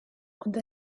ond